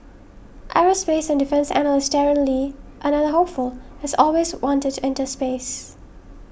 aerospace and defence analyst Darren Lee another hopeful has always wanted to enter space